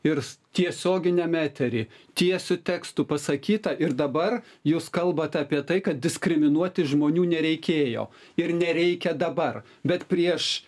ir tiesioginiame eteryje tiesiu tekstu pasakyta ir dabar jūs kalbate apie tai kad diskriminuoti žmonių nereikėjo ir nereikia dabar bet prieš